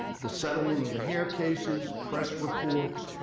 the settlement of the hair cases, press reports,